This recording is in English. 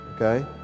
okay